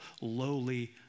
lowly